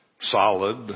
solid